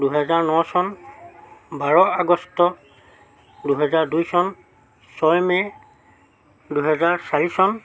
দুহেজাৰ ন চন বাৰ আগষ্ট দুহেজাৰ দুই চন ছয় মে' দুহেজাৰ চাৰি চন